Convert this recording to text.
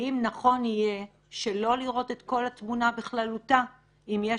האם נכון יהיה שלא לראות את כל התמונה בכללותה אם יש